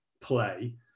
play